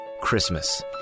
Christmas